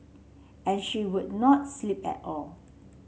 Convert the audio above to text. and she would not sleep at all